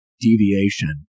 Deviation